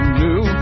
new